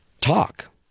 Talk